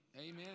Amen